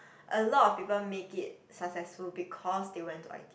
a lot of people make it successful because they went to i_t_e